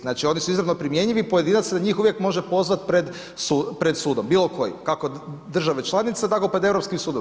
Znači, oni su izravno primjenjivi, pojedinac se na njih uvijek može pozvati pred sudom bilo kojim kako države članice, tako pred Europskim sudom.